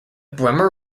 bremer